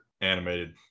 animated